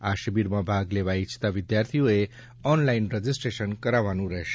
આ શિબિરમાં ભાગ લેવા ઇચ્છતા વિદ્યાર્થીઓએ ઓનલાઇન રજીસ્ટ્રેશન કરાવવાનું રહેશે